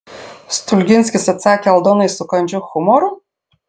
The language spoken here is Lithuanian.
stulginskis atsakė aldonai su kandžiu humoru